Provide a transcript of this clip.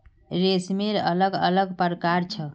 रेशमेर अलग अलग प्रकार छ